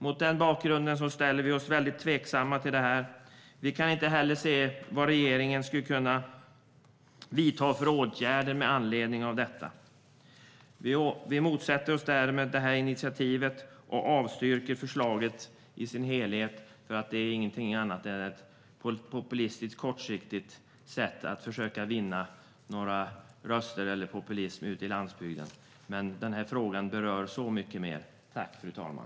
Mot den bakgrunden ställer vi oss väldigt tveksamma till det. Vi kan inte heller se vad regeringen skulle kunna vidta för åtgärder med anledning av detta. Vi motsätter oss därmed det här initiativet och avstyrker förslaget i dess helhet, för det är ingenting annat än ett populistiskt, kortsiktigt sätt att försöka vinna några röster ute i landsbygden. Men den här frågan berör så många fler.